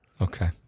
Okay